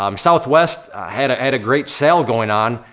um southwest had ah had a great sale going on,